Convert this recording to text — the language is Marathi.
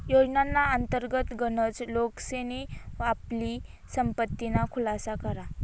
योजनाना अंतर्गत गनच लोकेसनी आपली संपत्तीना खुलासा करा